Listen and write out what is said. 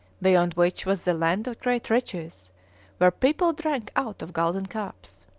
beyond which was the land of great riches where people drank out of golden cups.